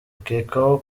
ukekwaho